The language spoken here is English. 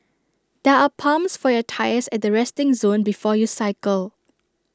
there are pumps for your tyres at the resting zone before you cycle